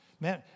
Man